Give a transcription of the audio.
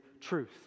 truth